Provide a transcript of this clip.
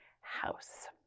house